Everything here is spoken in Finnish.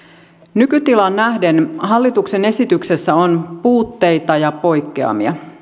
nykytilaan nähden hallituksen esityksessä on puutteita ja poikkeamia